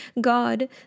God